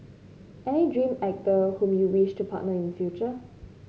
any dream actor whom you wish to partner in future